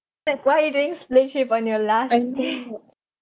like why are you doing slee~ on your last